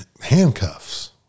Handcuffs